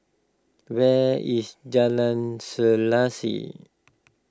where is Jalan Selaseh